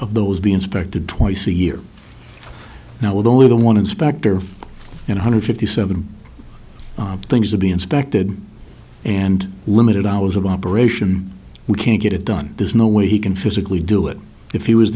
of those be inspected twice a year now with only don't want to specter in a hundred fifty seven things to be inspected and limited hours of operation we can't get it done there's no way he can physically do it if he was